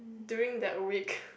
during that week